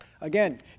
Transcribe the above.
Again